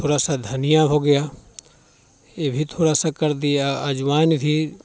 थोड़ा सा धनिया हो गया ये भी थोड़ा सा कर दिया अजवाइन भी